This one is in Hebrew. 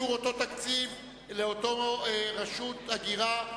אישור אותו תקציב לאותה רשות הגירה.